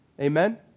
Amen